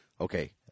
okay